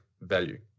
value